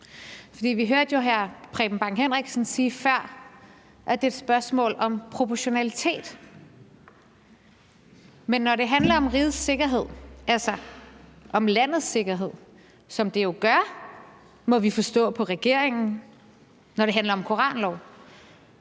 vi hørte jo hr. Preben Bang Henriksen sige før, at det er et spørgsmål om proportionalitet. Men når det handler om rigets sikkerhed, altså om landets sikkerhed, som det jo gør, må vi forstå på regeringen, når det handler om koranlov,